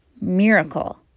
miracle